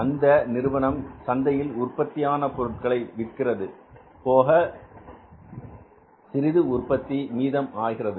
அந்த நிறுவனம் சந்தையில் உற்பத்தியான பொருட்களை விற்றது போக சிறிதளவு உற்பத்தி மீதம் ஆகிறது